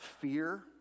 fear